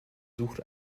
sucht